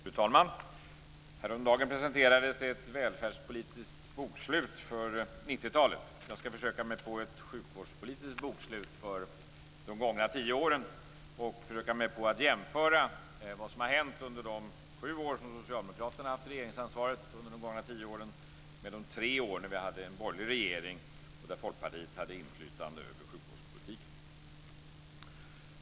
Fru talman! Häromdagen presenterades ett välfärdspolitiskt bokslut för 1990-talet. Jag ska försöka mig på ett sjukvårdspolitiskt bokslut för de gångna tio åren, och försöka mig på att jämföra vad som har hänt under de sju år som socialdemokraterna har haft regeringsansvaret under de gångna tio åren med de tre år då vi hade en borgerlig regering, där Folkpartiet hade inflytande över sjukvårdspolitiken.